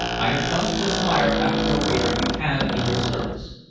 i have come to inquire after a waiter you have in your service,